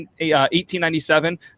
1897